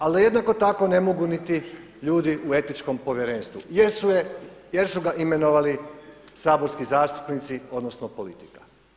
Ali da jednako tako ne mogu niti ljudi u Etičkom povjerenstvu jer su ga imenovali saborski zastupnici odnosno politika.